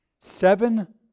Seven